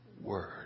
word